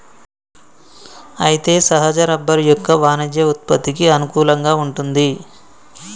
అయితే సహజ రబ్బరు యొక్క వాణిజ్య ఉత్పత్తికి అనుకూలంగా వుంటుంది